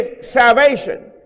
salvation